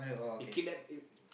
eh kidnap